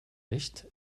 licht